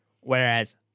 Whereas